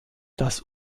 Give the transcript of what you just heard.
das